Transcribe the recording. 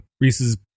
Reese's